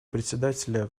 председателя